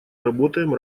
работаем